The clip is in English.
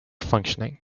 functioning